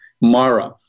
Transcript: Mara